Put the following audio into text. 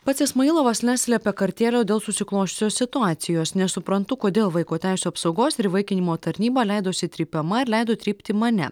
pats ismailovas neslepia kartėlio dėl susiklosčiusios situacijos nesuprantu kodėl vaiko teisių apsaugos ir įvaikinimo tarnyba leidosi trypiama ir leido trypti mane